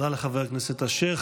תודה לחבר הכנסת אשר.